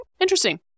Interesting